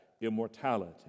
immortality